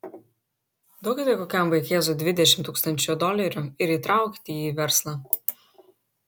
duokite kokiam vaikėzui dvidešimt tūkstančių dolerių ir įtraukite jį į verslą